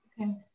Okay